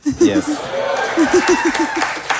Yes